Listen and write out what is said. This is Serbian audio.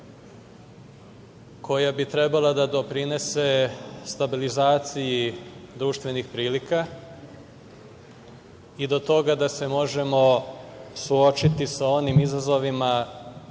koja bi trebalo da doprinese stabilizaciji društvenih prilika i do toga da se možemo suočiti sa onim izazovima